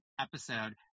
episode